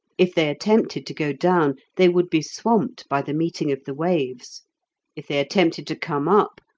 if they attempted to go down, they would be swamped by the meeting of the waves if they attempted to come up,